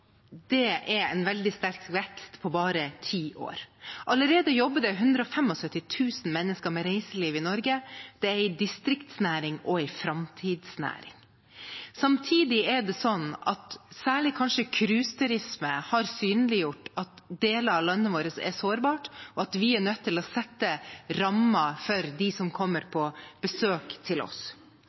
Det er en veldig sterk vekst på bare ti år. Allerede jobber 175 000 mennesker med reiseliv i Norge. Det er en distriktsnæring og en framtidsnæring. Samtidig har kanskje særlig cruiseturismen synliggjort at deler av landet vårt er sårbart, og at vi er nødt til å sette rammer for dem som kommer på besøk til oss.